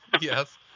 Yes